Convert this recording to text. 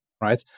right